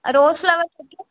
rose flowers